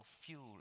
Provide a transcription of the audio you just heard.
fuel